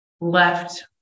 left